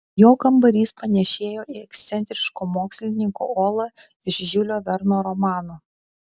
jo kambarys panėšėjo į ekscentriško mokslininko olą iš žiulio verno romano